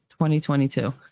2022